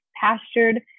pastured